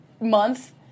month